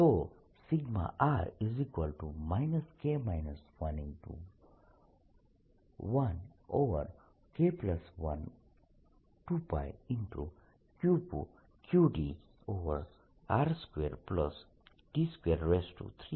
તો r K112πqdr2d232 થશે